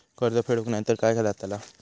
कर्ज फेडूक नाय तर काय जाताला?